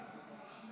איאד אלחלאק.